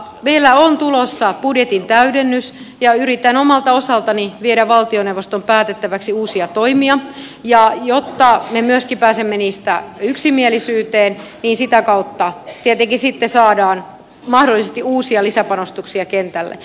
meillä on tulossa budjetin täydennys ja yritän omalta osaltani viedä valtioneuvoston päätettäväksi uusia toimia ja jos me myöskin pääsemme niistä yksimielisyyteen niin sitä kautta tietenkin sitten saadaan mahdollisesti uusia lisäpanostuksia kentälle